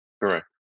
Correct